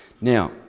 Now